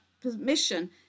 permission